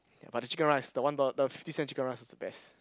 but the chicken rice the one dollar the fifty cents chicken rice is the best